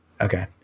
Okay